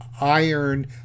iron